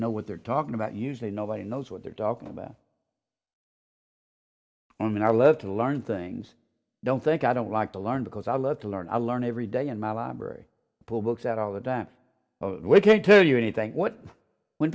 know what they're talking about usually nobody knows what they're talking about women are led to learn things don't think i don't like to learn because i love to learn i learn every day in my library pull books out all the time we can't tell you anything what when